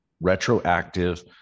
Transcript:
retroactive